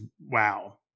wow